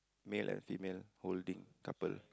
male and female holding couple